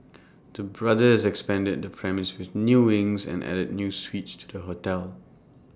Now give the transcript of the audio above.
the brothers expanded the premise with new wings and added new suites to the hotel